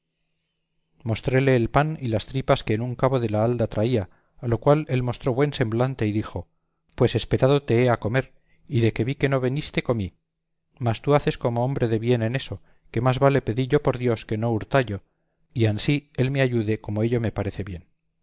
mostréle el pan y las tripas que en un cabo de la halda traía a lo cual él mostró buen semblante y dijo pues esperado te he a comer y de que vi que no veniste comí mas tú haces como hombre de bien en eso que más vale pedillo por dios que no hurtallo y ansí él me ayude como ello me parece bien